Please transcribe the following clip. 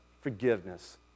forgiveness